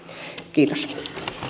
kiitos